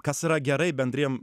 kas yra gerai bendriem